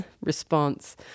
response